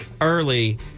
early